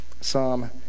Psalm